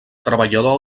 treballador